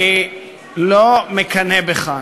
אני לא מקנא בך,